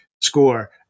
score